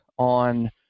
on